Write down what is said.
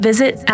Visit